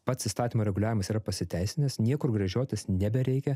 pats įstatymo reguliavimas yra pasiteisinęs niekur gręžiotis nebereikia